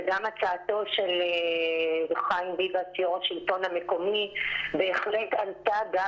וגם הצעתו של חיים ביבס יו"ר השלטון המקומי בהחלט עלתה גם